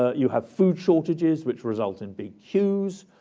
ah you have food shortages which result in big queues,